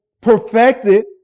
perfected